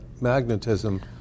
magnetism